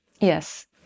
Yes